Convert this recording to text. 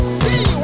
see